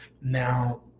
now